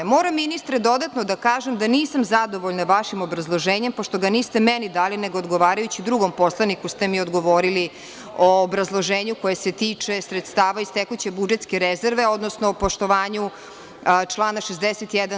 Moram ministre dodatno da kažem da nisam zadovoljna vašem obrazloženjem pošto ga niste meni dali, nego odgovarajući drugom poslaniku ste mi odgovorili, obrazloženju koje se tiče sredstava iz tekuće budžetske rezerve, odnosno o poštovanju člana 61.